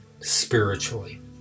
spiritually